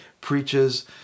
preaches